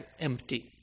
empty